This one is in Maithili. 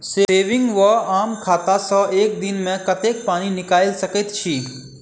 सेविंग वा आम खाता सँ एक दिनमे कतेक पानि निकाइल सकैत छी?